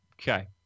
Okay